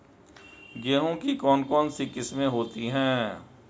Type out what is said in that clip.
गेहूँ की कौन कौनसी किस्में होती है?